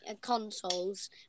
consoles